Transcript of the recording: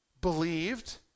believed